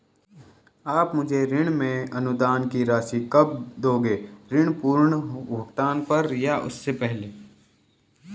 आप मुझे ऋण में अनुदान की राशि कब दोगे ऋण पूर्ण भुगतान पर या उससे पहले?